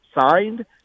signed